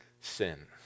sin